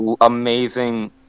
Amazing